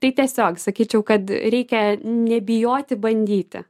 tai tiesiog sakyčiau kad reikia nebijoti bandyti